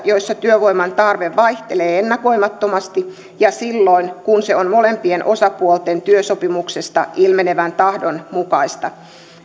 työssä jossa työvoiman tarve vaihtelee ennakoimattomasti ja silloin kun se on molempien osapuolten työsopimuksesta ilmenevän tahdon mukaista